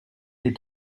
des